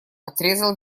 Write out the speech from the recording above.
отрезал